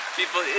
people